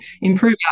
improve